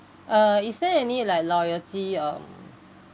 uh is there any like loyalty um